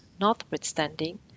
notwithstanding